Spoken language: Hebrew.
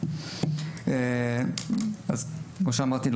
כמו שאמרתי,